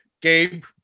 Gabe